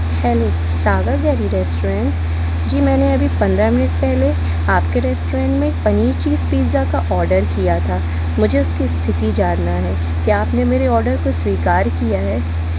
hello Sagar Reddy restaurant ji मैंने अभी पंद्रह मिनट पहले आप के रेस्टोरेंट में पनीर चीज़ पिज़्ज़ा का आर्डर किया था मुझे उसकी स्थिति जानना है क्या आप ने मेरे आर्डर को स्वीकार किया है